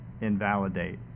invalidate